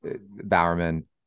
Bowerman